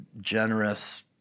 generous